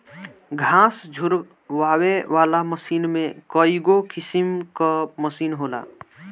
घास झुरवावे वाला मशीन में कईगो किसिम कअ मशीन होला